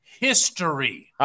history